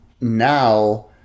now